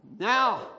Now